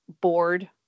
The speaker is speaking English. board